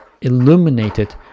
illuminated